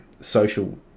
social